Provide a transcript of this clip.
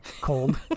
cold